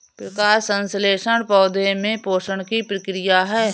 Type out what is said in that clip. प्रकाश संश्लेषण पौधे में पोषण की प्रक्रिया है